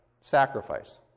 sacrifice